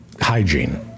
hygiene